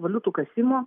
valiutų kasimo